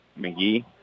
McGee